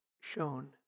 shown